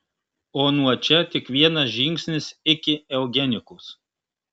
o nuo čia tik vienas žingsnis iki eugenikos